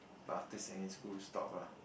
but after secondary school stop lah